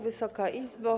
Wysoka Izbo!